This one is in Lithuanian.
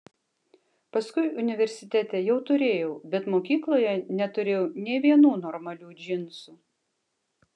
paskui universitete jau turėjau bet mokykloje neturėjau nė vienų normalių džinsų